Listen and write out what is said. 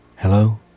Hello